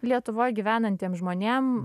lietuvoj gyvenantiem žmonėm